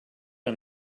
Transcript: and